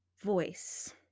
voice